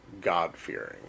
God-fearing